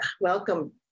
welcome